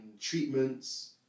treatments